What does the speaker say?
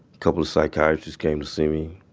coupla psychiatrists came to see me